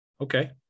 Okay